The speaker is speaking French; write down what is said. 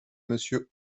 monsieur